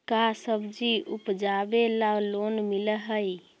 का सब्जी उपजाबेला लोन मिलै हई?